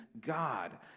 God